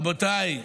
רבותיי,